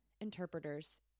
interpreters